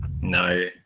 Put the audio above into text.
No